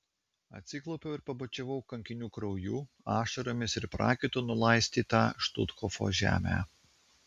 atsiklaupiau ir pabučiavau kankinių krauju ašaromis ir prakaitu nulaistytą štuthofo žemę